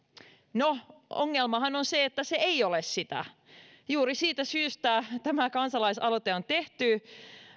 no ongelmahan on se että se ei ole sitä juuri siitä syystä tämä kansalaisaloite on tehty